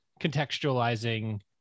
contextualizing